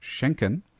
schenken